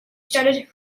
started